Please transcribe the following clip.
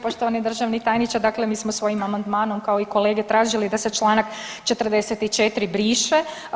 Poštovani državni tajniče, dakle mi smo svojim amandmanom, kao i kolege, tražili da se čl. 44 briše.